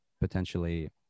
potentially